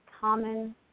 common